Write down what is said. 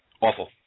Awful